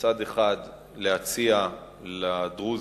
מצד אחד להציע לדרוזים,